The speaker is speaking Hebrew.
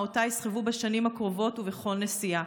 שאותה יסחבו בשנים הקרובות בכל נסיעה.